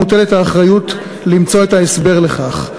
מוטלת האחריות למצוא את ההסבר לכך,